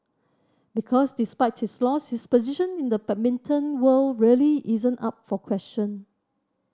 because despite his loss his position in the badminton world really isn't up for question